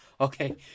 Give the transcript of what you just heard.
Okay